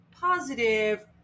positive